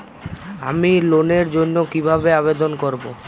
আমি লোনের জন্য কিভাবে আবেদন করব?